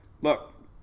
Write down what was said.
Look